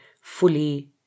fully